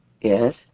Yes